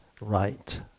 right